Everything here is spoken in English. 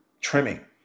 trimming